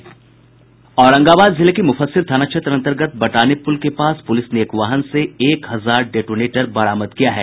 औरंगाबाद जिले के मुफस्सिल थाना क्षेत्र अंतर्गत बटाने पुल के पास पुलिस ने एक वाहन से एक हजार डेटोनेटर बरामद किया है